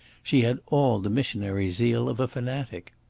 she had all the missionary zeal of a fanatic.